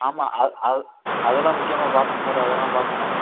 ஆமாம் அது அதெலாம் முக்கியமாக பார்ப்போம் சார் அதெல்லாம் பார்ப்போம் நாங்கள்